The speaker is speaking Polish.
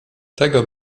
tego